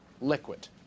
liquid